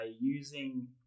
using